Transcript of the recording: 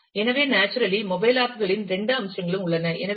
எனவே naturally mobile app களின் 2 அம்சங்களும் உள்ளன